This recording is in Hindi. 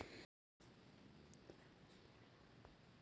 कौन से राज्य में गेंठी की पैदावार होती है?